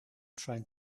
trying